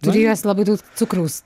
turi jos labai daug cukraus